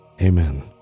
Amen